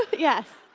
yes.